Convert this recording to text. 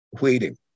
waiting